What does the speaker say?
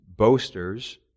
boasters